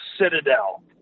citadel